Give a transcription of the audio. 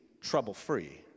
trouble-free